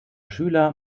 schüler